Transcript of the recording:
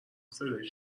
صدایی